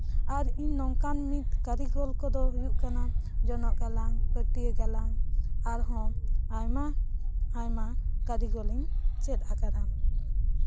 ᱟᱨ ᱤᱧ ᱢᱤᱫ ᱱᱚᱝᱠᱟᱱ ᱠᱟᱨᱤᱜᱚᱞ ᱠᱚᱫᱚ ᱦᱩᱭᱩᱜ ᱠᱟᱱᱟ ᱡᱚᱱᱚᱜ ᱜᱟᱞᱟᱝ ᱯᱟᱹᱴᱭᱟᱹ ᱜᱟᱞᱟᱝ ᱟᱨᱦᱚᱸ ᱟᱭᱢᱟ ᱟᱭᱢᱟ ᱠᱟᱨᱤᱜᱚᱞ ᱤᱧ ᱪᱮᱫ ᱠᱟᱫᱟ